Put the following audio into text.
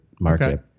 market